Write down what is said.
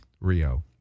rio